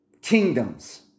kingdoms